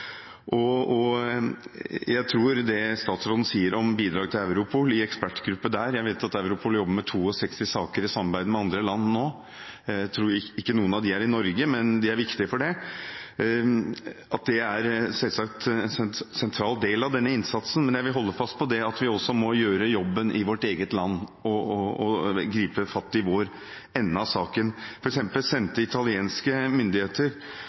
Jeg tror at det statsråden sier om bidrag til en ekspertgruppe i Europol – jeg vet at Europol jobber med 62 saker i samarbeid med andre land nå; jeg tror ikke noen av dem er i Norge, men de er viktige allikevel – selvsagt er en sentral del av denne innsatsen. Men jeg vil holde fast på at vi også må gjøre jobben i vårt eget land og gripe fatt i vår ende av saken. For eksempel sendte italienske myndigheter